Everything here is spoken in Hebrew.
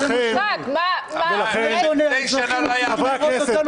--- לפני שנה היה כך?